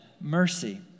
mercy